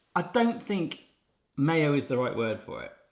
i don't think mayo is the right word for it.